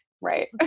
right